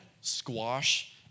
squash